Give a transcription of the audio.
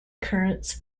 currents